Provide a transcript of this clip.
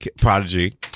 prodigy